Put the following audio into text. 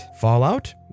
Fallout